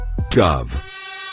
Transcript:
Gov